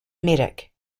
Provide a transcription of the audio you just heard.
medic